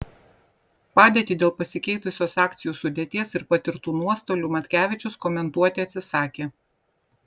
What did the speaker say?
padėtį dėl pasikeitusios akcijų sudėties ir patirtų nuostolių matkevičius komentuoti atsisakė